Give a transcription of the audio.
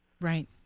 Right